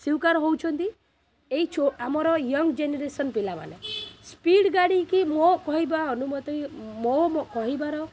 ସ୍ୱୀକାର ହେଉଛନ୍ତି ଏଇ ଯେଉଁ ଆମର ୟଙ୍ଗ୍ ଜେନେରେସନ୍ର ପିଲାମାନେ ସ୍ପିଡ଼୍ ଗାଡ଼ିକି ମୋ କହିବା ଅନୁମତି ମୋ କହିବାର